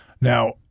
Now